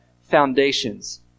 foundations